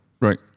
Right